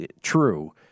true